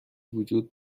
وجود